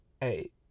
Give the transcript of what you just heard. hey